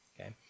okay